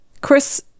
Chris